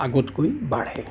আগতকৈ বাঢ়ে